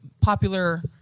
popular